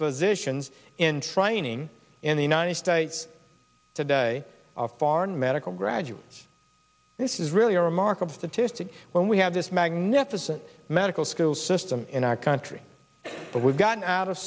physicians in training in the united states today foreign medical graduates this is really a remarkable statistic when we have this magnificent medical school system in our country but we've got out of